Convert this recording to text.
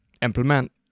implement